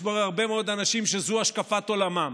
יש פה הרבה מאוד אנשים שזו השקפת עולמם.